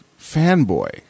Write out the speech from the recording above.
fanboy